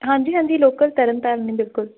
ਹਾਂਜੀ ਹਾਂਜੀ ਲੋਕਲ ਤਰਨਤਾਰਨ ਨੇ ਬਿਲਕੁਲ